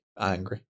angry